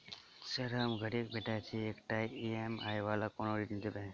Sir हम गरीबक बेटा छी एकटा ई.एम.आई वला कोनो ऋण देबै?